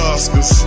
Oscars